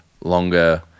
longer-